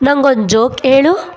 ನಂಗೊಂದು ಜೋಕ್ ಹೇಳು